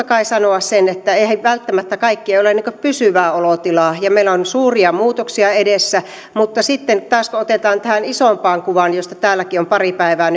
kai sanoa se että eihän välttämättä kaikki ole pysyvää olotilaa ja meillä on suuria muutoksia edessä mutta sitten taas kun tähän isompaan kuvaan josta täälläkin on pari päivää